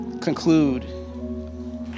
conclude